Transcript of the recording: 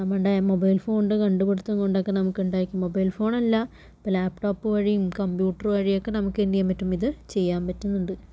നമ്മുടെ മൊബൈൽ ഫോണിന്റെ കണ്ടുപിടിത്തം കൊണ്ടൊക്കെ നമുക്ക് ഉണ്ടായത് മൊബൈൽ ഫോണല്ലാ ഇപ്പോൾ ലാപ്ടോപ് വഴിയും കമ്പ്യൂട്ടറ് വഴിയുമൊക്കെ നമുക്ക് എന്ത് ചെയ്യാൻ പറ്റും ഇത് ചെയ്യാൻ പറ്റുന്നുണ്ട്